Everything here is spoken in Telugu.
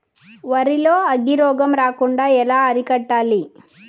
వరి లో అగ్గి రోగం రాకుండా ఎలా అరికట్టాలి?